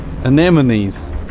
Anemones